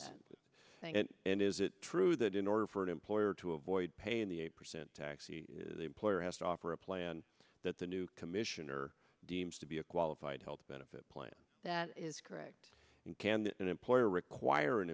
this and is it true that in order for an employer to avoid paying the eight percent tax the employer has to offer a plan that the new commissioner deems to be a qualified health benefit plan that is correct and can an employer require an